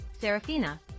Serafina